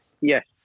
Yes